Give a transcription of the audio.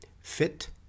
fit